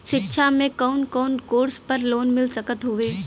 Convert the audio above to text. शिक्षा मे कवन कवन कोर्स पर लोन मिल सकत हउवे?